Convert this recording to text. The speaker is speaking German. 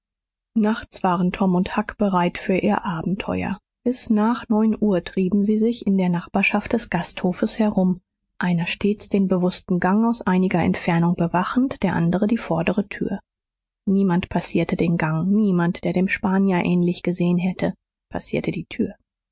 nachts waren tom und huck bereit für ihr abenteuer bis nach neun uhr trieben sie sich in der nachbarschaft des gasthofes herum einer stets den bewußten gang aus einiger entfernung bewachend der andere die vordere tür niemand passierte den gang niemand der dem spanier ähnlich gesehen hätte passierte die tür